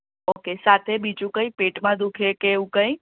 okay સાથે બીજું કંઈ પેટમાં દુઃખે કે એવું કંઈ